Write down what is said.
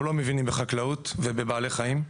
אנחנו לא מבינים בחקלאות ובבעלי חיים,